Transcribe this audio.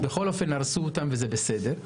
בכל אופן הרסו אותם וזה בסדר.